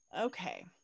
okay